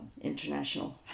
international